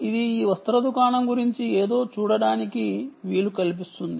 ఇది ఈ వస్త్ర దుకాణం గురించి ఏదో చూడటానికి వీలు కల్పిస్తుంది